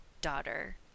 daughter